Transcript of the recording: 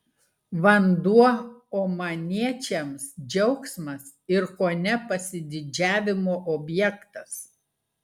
vanduo omaniečiams džiaugsmas ir kone pasididžiavimo objektas